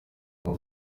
jean